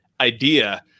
idea